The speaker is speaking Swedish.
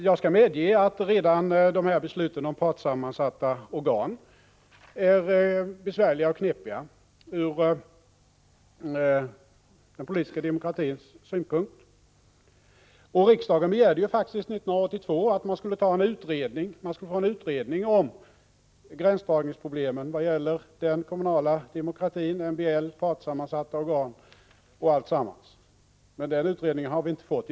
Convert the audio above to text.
Jag skall medge att redan besluten om partssammansatta organ är besvärliga och knepiga ur den politiska demokratins synpunkt. Riksdagen begärde faktiskt 1982 att man skulle ha en utredning om gränsdragningsproblemen i vad gäller den kommunala demokratin, MBL, partssammansatta organ och alltsammans, men den utredningen har vi inte fått.